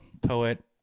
poet